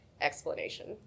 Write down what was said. explanation